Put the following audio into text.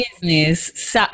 business